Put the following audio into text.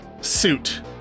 suit